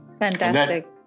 Fantastic